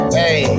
hey